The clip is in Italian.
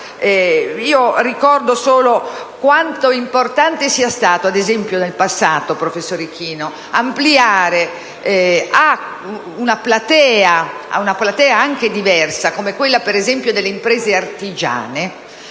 Ricordo solo quanto importante sia stato, ad esempio, nel passato, professor Ichino, ampliare a una platea diversa, come quella delle imprese artigiane,